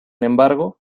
embargo